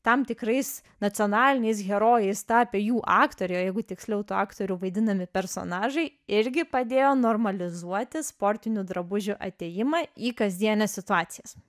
tam tikrais nacionaliniais herojais tapę jų aktoriai o jeigu tiksliau tų aktorių vaidinami personažai irgi padėjo normalizuoti sportinių drabužių atėjimą į kasdienes situacijas